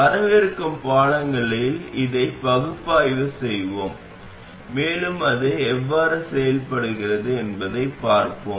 வரவிருக்கும் பாடங்களில் இதை பகுப்பாய்வு செய்வோம் மேலும் அது எவ்வாறு செயல்படுகிறது என்பதைப் பார்ப்போம்